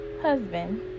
husband